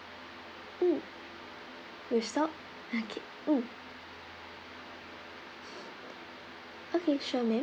mm with salt okay mm okay sure ma'am